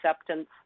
acceptance